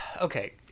okay